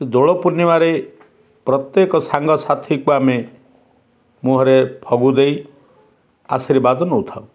କି ଦୋଳ ପୂର୍ଣ୍ଣିମାରେ ପ୍ରତ୍ୟେକ ସାଙ୍ଗସାଥିକୁ ଆମେ ମୁହଁରେ ଫଗୁ ଦେଇ ଆଶୀର୍ବାଦ ନେଉଥାଉ